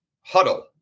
huddle